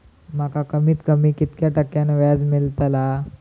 माका कमीत कमी कितक्या टक्क्यान व्याज मेलतला?